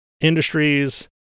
industries